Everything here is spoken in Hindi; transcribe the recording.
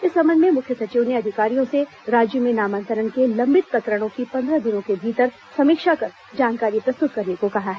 इस संबंध मुख्य सचिव ने अधिकारियों से राज्य में नामांतरण के लंबित प्रकरणों की पन्द्रह दिनों के भीतर समीक्षा कर जानकारी प्रस्तुत करने को कहा है